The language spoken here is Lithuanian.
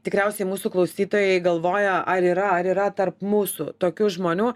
tikriausiai mūsų klausytojai galvoja ar yra ar yra tarp mūsų tokių žmonių